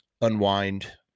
unwind